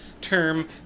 term